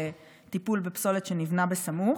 לטיפול בפסולת שנבנה סמוך.